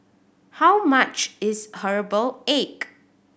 how much is herbal egg